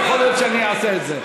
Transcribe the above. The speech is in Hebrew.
ויכול להיות שאני אעשה את זה.